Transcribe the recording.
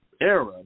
era